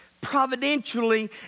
providentially